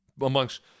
amongst